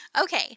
Okay